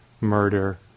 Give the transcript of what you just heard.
murder